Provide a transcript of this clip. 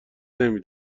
نمی